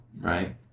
right